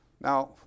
Now